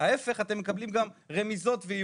והרעיון שכשאנחנו נמצאות במקום חלש,